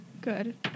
Good